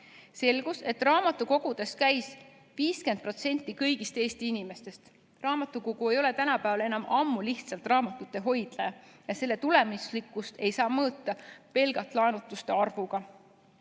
Selgus, et raamatukogudes käis 50% kõigist Eesti inimestest. Raamatukogu ei ole tänapäeval enam ammu lihtsalt raamatute hoidla ja selle tulemuslikkust ei saa mõõta pelgalt laenutuste arvuga.